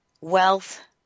wealth